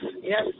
yes